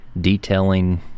detailing